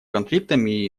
конфликтами